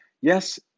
Yes